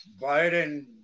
Biden